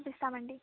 చూపిస్తామండి